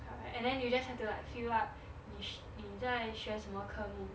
and then you just have to fill up 你在学什么科目